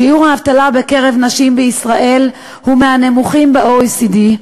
שיעור האבטלה בקרב נשים בישראל הוא מהנמוכים ב-OECD,